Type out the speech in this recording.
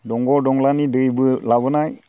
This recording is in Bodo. दंग' दंलानि दैबो लाबोनाय